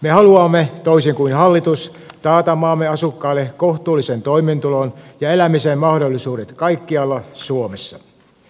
me haluamme toisin kuin hallitus taata maamme asukkaille kohtuullisen toimeentulon ja elämisen mahdollisuudet kaikkialla suomessa